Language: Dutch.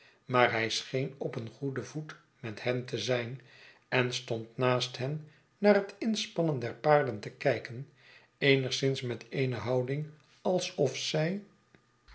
maar hij scheen op een goeden voet met hen te zijn en stond naast hen naar het inspannen der paarden te kijken eenigszins met eene houding alsof zij